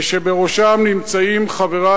ובראשם נמצאים חברי